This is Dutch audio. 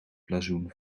blazoen